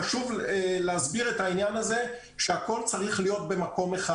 חשוב להסביר את העניין הזה שהכול צריך להיות במקום אחד